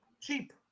cheap